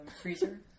freezer